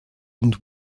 und